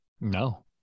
No